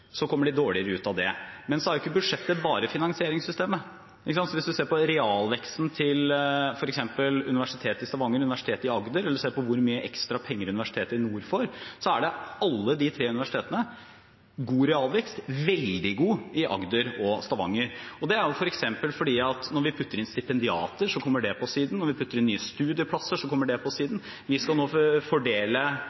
de kommer dårligere ut av det. Men så har ikke budsjettet bare finansieringssystemet. Hvis man ser på realveksten til f.eks. Universitetet i Stavanger eller Universitetet i Agder eller ser på hvor mye ekstra penger Nord universitet får, er det på alle de universitetene god realvekst – veldig god i Agder og Stavanger. Det er f.eks. fordi at når vi putter inn stipendiater, kommer det på siden, når vi putter inn nye studieplasser, kommer det på